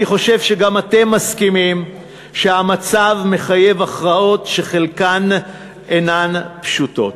אני חושב שגם אתם מסכימים שהמצב מחייב הכרעות שחלקן אינן פשוטות.